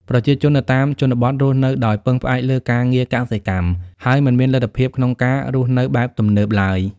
ប្រជាជននៅតាមជនបទរស់នៅដោយពឹងផ្អែកលើការងារកសិកម្ម ហើយមិនមានលទ្ធភាពក្នុងការរស់នៅបែបទំនើបឡើយ។